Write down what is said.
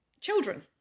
children